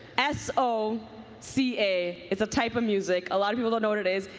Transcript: s o c a. it's a type of music. a lot of people don't know what it is.